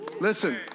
Listen